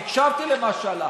הקשבתי למה שהלך.